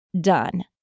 done